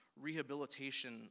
rehabilitation